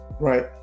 Right